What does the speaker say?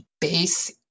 base